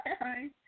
Hi